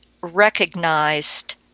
recognized